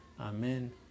Amen